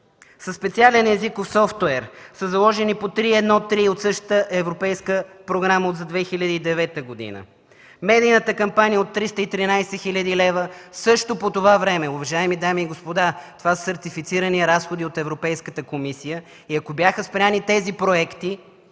специален езиков софтуер са заложени по 3.1.3. от същата Европейска програма от 2009 г. Медийната кампания от 313 хил. лв. – също по това време. Уважаеми дами и господа, това са сертифицирани разходи от Европейската комисия. Ако бяха спрени тези проекти,